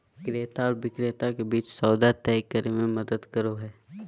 क्रेता आर विक्रेता के बीच सौदा तय करे में मदद करो हइ